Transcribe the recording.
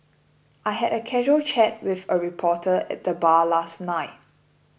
I had a casual chat with a reporter at the bar last night